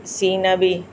scene बि